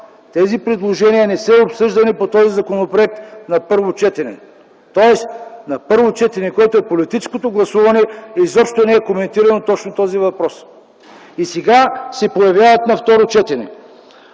Но те не са обсъждани по този законопроект на първо четене, което е политическото гласуване. Изобщо не е коментиран точно този въпрос. И сега се появяват на второ четене.